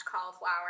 cauliflower